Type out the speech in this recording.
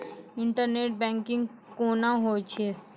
Internet banking कोना होय छै?